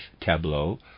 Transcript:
tableau